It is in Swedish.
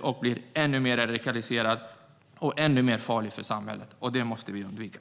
och blir ännu mer radikaliserade och farliga för samhället. Detta måste vi undvika.